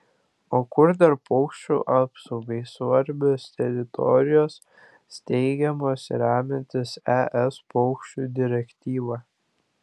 o kur dar paukščių apsaugai svarbios teritorijos steigiamos remiantis es paukščių direktyva